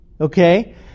okay